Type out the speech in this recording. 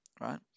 right